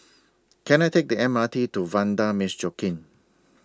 Can I Take The M R T to Vanda Miss Joaquim